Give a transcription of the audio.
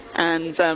and, um,